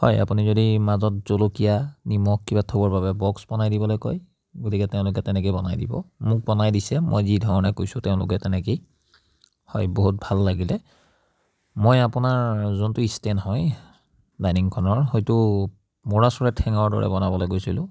হয় আপুনি যদি মাজত জলকীয়া নিমখ কিবা থ'বৰ বাবে বক্স বনাই দিবলৈ কয় গতিকে তেওঁলোকে তেনেকেই বনাই দিব মোক বনাই দিছে মই যি ধৰণে কৈছোঁ তেওঁলোকে তেনেকেই হয় বহুত ভাল লাগিলে মই আপোনাৰ যোনটো ইষ্টেণ্ড হয় ডাইনিংখনৰ সেইটো ম'ৰা চৰাই ঠেঙৰ দৰে বনাবলৈ কৈছিলোঁ